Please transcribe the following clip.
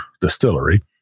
distillery